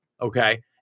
Okay